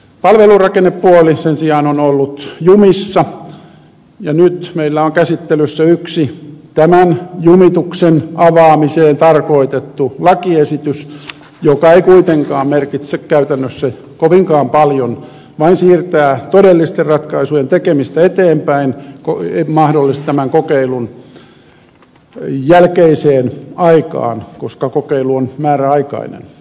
palvelurakennepuoli sen sijaan on ollut jumissa ja nyt meillä on käsittelyssä yksi tämän jumituksen avaamiseen tarkoitettu lakiesitys joka ei kuitenkaan merkitse käytännössä kovinkaan paljon vain siirtää todellisten ratkaisujen tekemistä eteenpäin mahdollisesti tämän kokeilun jälkeiseen aikaan koska kokeilu on määräaikainen